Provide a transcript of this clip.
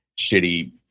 shitty